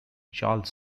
charles